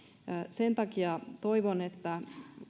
sen takia toivon että